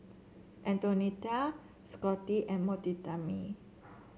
Antonetta Scotty and Mortimer